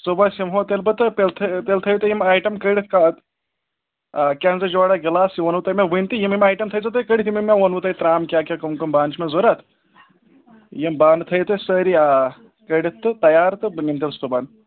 صُبحَس یِمہٕ ہو تیٚلہِ بہٕ تہٕ تیٚلہِ تھٔ تیٚلہِ تھٔیِو یِم آیٹَم کٔڑِتھ کٮ۪نٛزٕ جورا گِلاس یہِ ووٚنو مےٚ تۄہہِ ؤنی تہِ یِم یِم آیٹَم تھاے زیو تُہۍ کٔڑِتھ یِم یِم مےٚ ووٚنوُ تۄہہِ ترٛام کیٛاہ کیٛاہ کٕم کٕم بانہٕ چھِ مےٚ ضروٗرت یِم بانہٕ تھٔیِو تُہۍ سٲری آ کٔڑِتھ تہٕ تیار تہٕ بہٕ نِمہٕ تیٚلہِ صُبحن